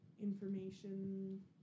information